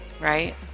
right